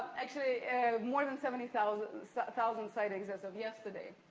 actually more than seventy thousand and thousand sightings as of yesterday.